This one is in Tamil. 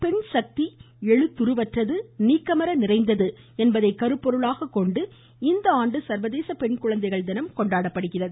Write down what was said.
பெண்சக்தி எழுத்துருவற்றது நீக்கமற நிறைந்தது என்பதை கருப்பொருளாகக் கொண்டு இந்த ஆண்டு சர்வதேச பெண்குழந்தைகள் தினம் கொண்டாடப்படுகிறது